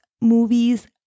movies